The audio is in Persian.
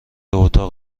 اتاق